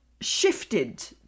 shifted